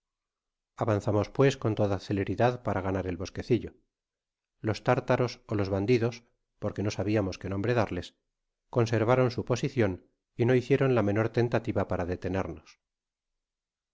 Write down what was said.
avanzamos pues con toda celeridad para ganar el bosquecillo los tártaros ó los bandidos porque no sabiamos qué nombre darles conservaron su posicion y no hicieron la menor tentativa para detenernos